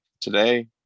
today